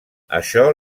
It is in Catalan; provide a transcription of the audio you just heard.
això